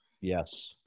Yes